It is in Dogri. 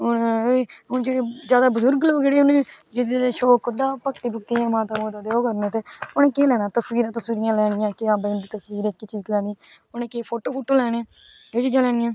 हून जेहडे ज्यादा बजुर्ग जेहडे़ उन्हे शौंक उंदा भक्ती दा होंदा उन्हे केह् लैना तस्वीरां लेनियां के हा भाई इंदी तस्बीर एहकी चीज लेनी उन्हे के फोटो लेने एह् चीजां लेनियां ना